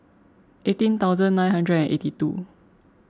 eighteen thousand nine hundred eighty two